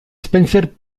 spencer